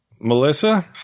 Melissa